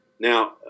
Now